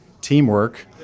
teamwork